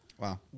Wow